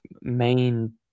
main –